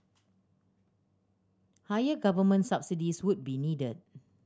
higher government subsidies would be needed